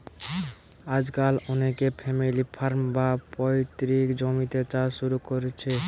আজকাল অনেকে family farm, বা পৈতৃক জমিতে চাষ শুরু কোরছে